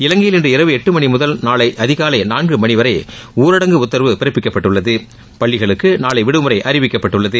இலங்கையில் இன்று இரவு எட்டு மணி முதல் நாளை அதிகாலை நான்கு மணி வரை ஊரடங்கு உத்தரவு பிறப்பிக்கப்பட்டுள்ளது பள்ளிகளுக்கு நாளை விடுமுறை அறிவிக்கப்பட்டுள்ளது